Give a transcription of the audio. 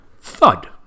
Thud